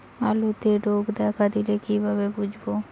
আলুতে রোগ দেখা দিলে কিভাবে বুঝবো?